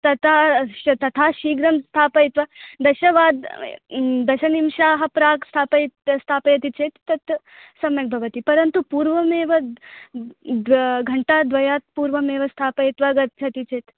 तथा तथा शीघ्रं स्थापयित्वा दशवाद दशनिमेषात् प्राक् स्थापयति स्थापयति चेत् तत् सम्यक् भवति परन्तु पूर्वमेव घण्टाद्वयात् पूर्वमेव स्थापयित्वा गच्छति चेत्